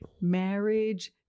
marriage